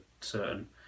certain